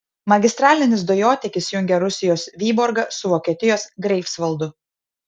magistralinis dujotiekis jungia rusijos vyborgą su vokietijos greifsvaldu